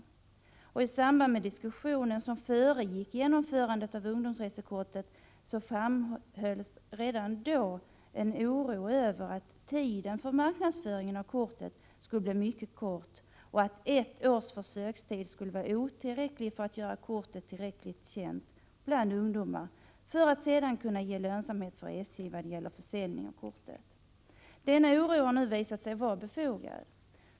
d Redan i samband med den diskussion som föregick införandet av ungdomsresekortet framhölls oro över att tiden för marknadsföring av kortet skulle bli mycket kort och att ett års försökstid skulle vara otillräckligt för att göra kortet tillräckligt känt bland ungdomar för att sedan kunna ge lönsamhet för SJ vid försäljningen av kortet. Denna oro har nu visat sig befogad.